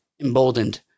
emboldened